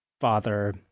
father